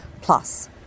Plus